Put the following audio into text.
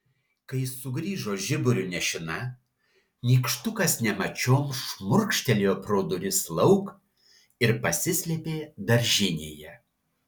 kai sugrįžo žiburiu nešina nykštukas nemačiom šmurkštelėjo pro duris lauk ir pasislėpė daržinėje